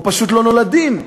או פשוט לא נולדים.